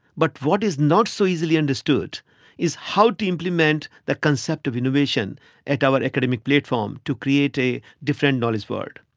but what is not so easily understood is how to implement the concept of innovation at our academic platform to create a different knowledge world.